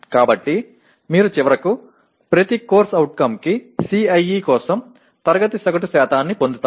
కాబట్టి మీరు చివరకు ప్రతి CO కి CIE కోసం తరగతి సగటు శాతాన్ని పొందుతారు